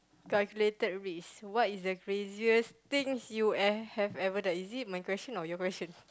calculated risk what is the craziest things you have ever done is it my question or your question